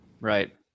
Right